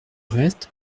reste